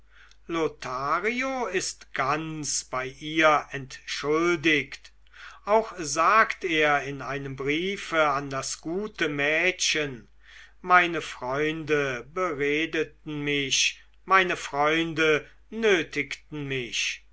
lothario ist ganz bei ihr entschuldigt auch sagt er in einem briefe an das gute mädchen meine freunde beredeten mich meine freunde nötigten mich